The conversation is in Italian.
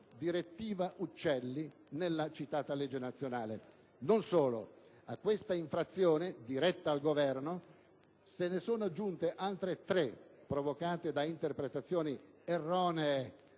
direttiva uccelli nella citata legge nazionale. Non solo: a questa infrazione, diretta al Governo centrale, se ne sono aggiunte altre tre, provocate da interpretazioni erronee